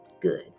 good